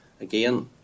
again